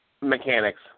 Mechanics